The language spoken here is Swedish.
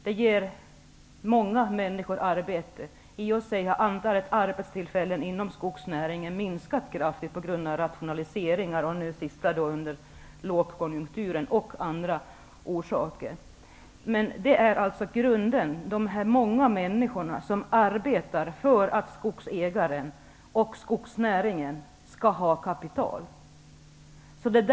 Den ger väldigt många människor arbete. I och för sig har antalet arbetstillfällen inom skogsnäringen kraftigt minskat på grund av rationaliseringar, nu senast under lågkonjunkturen, och av andra orsaker. De många människor som arbetar för att skogsägaren och skogsnäringen skall ha kapital utgör alltså grunden.